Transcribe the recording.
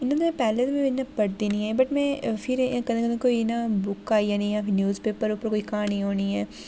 इ'यां में पैह्ले बी मतलब पढ़दी निं ऐ ही वट् में फिर कदें कदें कोई इ'यां बुक आई जानी न्यूज़ पेपर उप्पर कोई क्हानी होनी